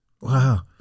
Wow